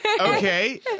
okay